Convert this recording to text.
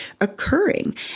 occurring